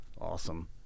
awesome